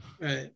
right